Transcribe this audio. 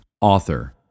Author